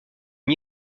des